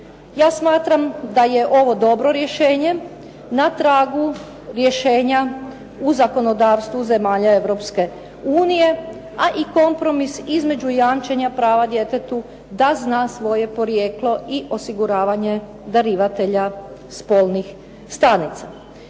Ja smatram da je ovo dobro rješenje, na tragu rješenja u zakonodavstvu zemalja Europske unije, a i kompromis između jamčenja prava djetetu da zna svoje porijeklo i osiguravanje darivatelja spolnih stanica.